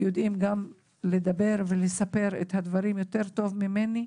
יודעים לדבר ולספר את הדברים יותר טוב ממני.